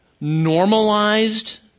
normalized